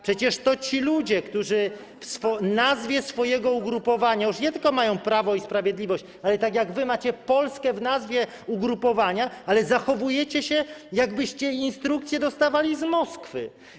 Przecież to ci ludzie, którzy w nazwie swojego ugrupowania już nie tylko mają „prawo i sprawiedliwość”, tak jak wy macie „polskie” w nazwie ugrupowania, ale zachowują się, zachowujecie się, jakbyście instrukcje dostawali z Moskwy.